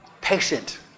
patient